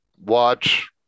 watch